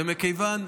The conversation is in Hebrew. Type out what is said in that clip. ומכיוון,